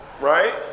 right